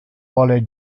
vole